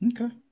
Okay